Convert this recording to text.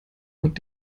und